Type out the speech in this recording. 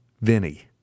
Vinny